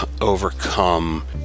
overcome